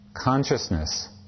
consciousness